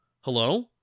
hello